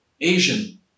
Asian